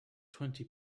twenty